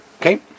Okay